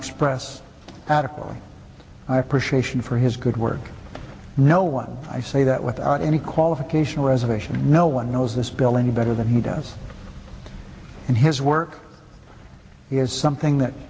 express adequately i appreciation for his good work no one i say that without any qualification reservation no one knows this bill any better than he does and his work is something that